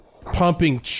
pumping